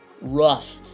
rough